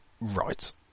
Right